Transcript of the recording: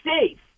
safe